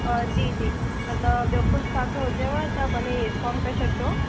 अ जी जी न त ॿियो कुझु तव्हांखे हुजेव त भले इंफोर्म करे छॾिजो